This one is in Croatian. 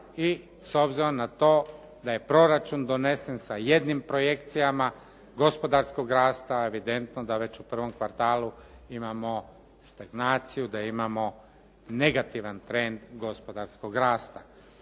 i s obzirom na to da je proračun donesen sa jednim projekcijama gospodarskog rasta evidentno je da već u prvom kvartalu imamo stagnaciju, da imamo negativan trend gospodarskog rasta.